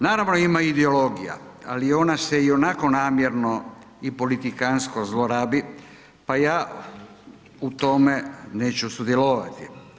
Naravno ima i ideologija, ali ona se ionako namjerno i politikantsko zlorabi pa ja u tome neću sudjelovati.